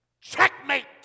Checkmate